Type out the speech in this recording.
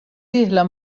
dieħla